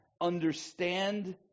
understand